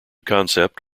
concept